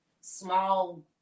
small